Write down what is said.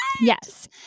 Yes